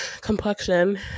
complexion